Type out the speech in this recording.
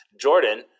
Jordan